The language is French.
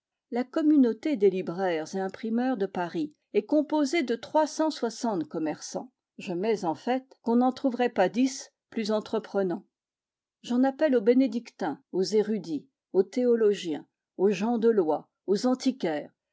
la communauté des libraires et imprimeurs de paris est composée de trois cent soixante commerçants je mets en fait qu'on n'en trouverait pas dix plus entreprenants j'en appelle aux bénédictins aux érudits aux théologiens aux gens de lois aux antiquaires